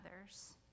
others